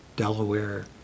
Delaware